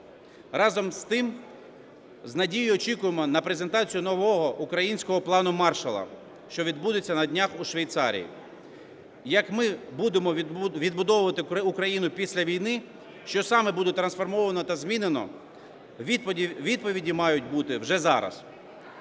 Разом з тим, з надію очікуємо на презентацію нового українського "плану Маршалла", що відбудеться на днях у Швейцарії. Як ми будемо відбудовувати Україну після війни, що саме буде трансформовано та змінено – відповіді мають бути вже зараз.